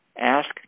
Ask